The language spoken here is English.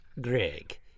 Greg